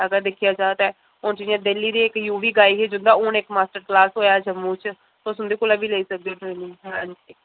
अगर दिक्खेआ जा ते हून जियां दिल्ली दी इक यू बिग आई ही जेह्दा हून इक मास्टर क्लास होएआ जम्मू च तुस उं'दे कोला बी लेई सकदे ओह् ट्रेनिंग